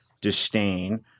disdain